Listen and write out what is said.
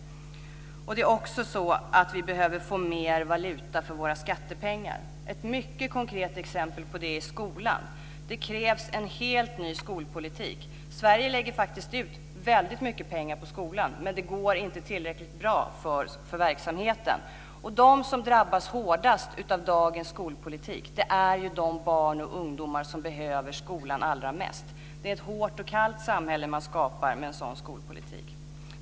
Det är också så att vi behöver få mer valuta för våra skattepengar. Ett mycket konkret exempel på det är skolan. Det krävs en helt ny skolpolitik. Sverige lägger faktiskt ut väldigt mycket pengar på skolan, men det går inte tillräckligt bra för verksamheten. De som drabbas hårdast av dagens skolpolitik är de barn och ungdomar som behöver skolan allra mest. Det är ett hårt och kallt samhälle man skapar med en sådan skolpolitik.